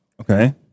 okay